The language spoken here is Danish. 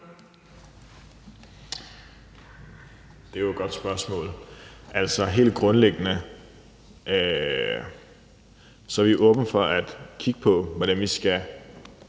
Det er jo et godt spørgsmål. Helt grundlæggende er vi åbne for at kigge på, hvordan vi skal